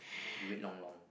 you wait long long